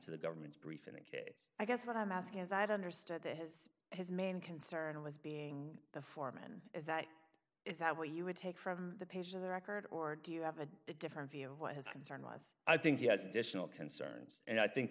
to the government's brief in that case i guess what i'm asking is i'd understood that his his main concern was being the foreman is that is that what you would take from the patient record or do you have a different view of what his concern was i think he has additional concerns and i think